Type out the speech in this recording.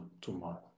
tomorrow